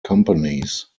companies